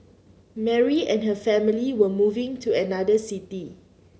Mary and her family were moving to another city